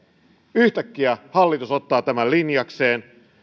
yhtäkkiä hallitus ottaa tämän linjakseen